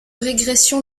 régression